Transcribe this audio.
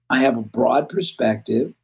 i have a broad perspective.